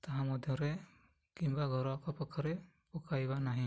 ତାହା ମଧ୍ୟରେ କିମ୍ବା ଘର ଆଖପାଖରେ ପକାଇବା ନାହିଁ